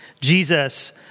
Jesus